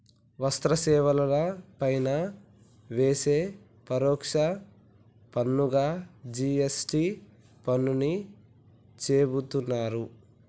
వస్తు సేవల పైన వేసే పరోక్ష పన్నుగా జి.ఎస్.టి పన్నుని చెబుతున్నరు